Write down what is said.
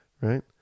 right